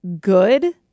good